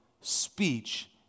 speech